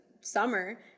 summer